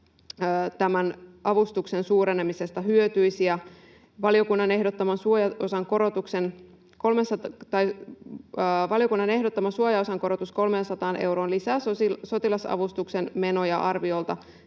tämän avustuksen suurenemisesta hyötyisi. Ja valiokunnan ehdottama suojaosan korotus 300 euroon lisää sotilasavustuksen menoja arviolta